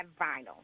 vinyl